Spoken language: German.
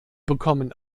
bekommen